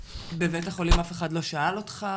בבית החולים אף אחד לא שאל אותך?